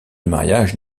mariage